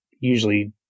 usually